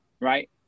right